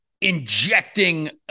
injecting